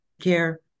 care